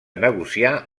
negociar